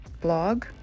blog